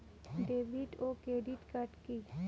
David ও credit card কি?